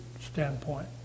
standpoint